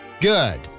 Good